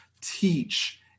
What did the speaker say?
teach